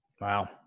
Wow